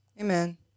Amen